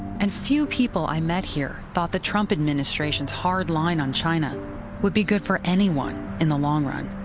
and few people i met here thought the trump administration's hard line on china would be good for anyone in the long run.